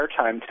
airtime